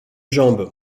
jambes